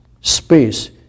space